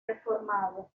reformado